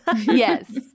yes